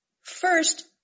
first